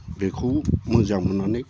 बेखौनो मोजां मोननानै